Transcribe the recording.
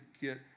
get